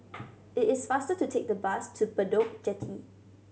it is faster to take the bus to Bedok Jetty